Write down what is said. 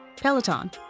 Peloton